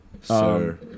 sir